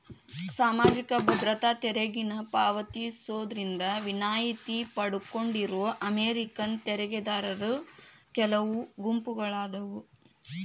ಸಾಮಾಜಿಕ ಭದ್ರತಾ ತೆರಿಗೆನ ಪಾವತಿಸೋದ್ರಿಂದ ವಿನಾಯಿತಿ ಪಡ್ಕೊಂಡಿರೋ ಅಮೇರಿಕನ್ ತೆರಿಗೆದಾರರ ಕೆಲವು ಗುಂಪುಗಳಾದಾವ